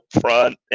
front